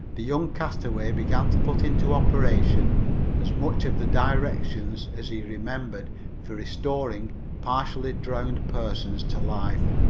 the young castaway began to put into operation as much of the directions as he remembered for restoring partially drowned persons to life.